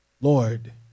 Lord